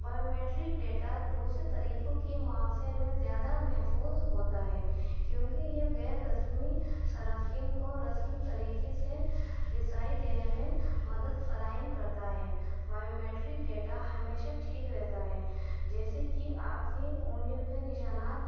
bio matric data دوسرے طریقوں کے معاوضے میں زیادہ محفوظ ہوتا ہے کیونکہ یہ غیر رسمی سرافین کو رسمی طریقے سے رسائی دینے میں مدد فراہم کرتا ہے بایو میٹرک ڈیٹا ہمیشہ ٹھیک رہتا ہے جیسے کہ آپ کے انگلیوں کے نشانات